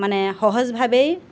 মানে সহজভাৱেই